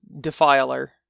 defiler